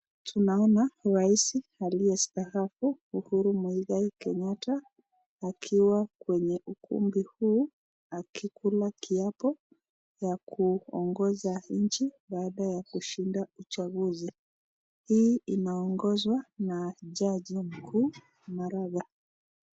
Tunaona raisi aliyestaafu Uhuru Muigai Kenyata akiwa kwenye ukumbi huu, akikula kiapo ya kuongoza nchi baada ya kushinda uchaguzi ,hii inaongozwa na jaji mkuu Maraga.